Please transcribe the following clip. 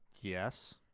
Yes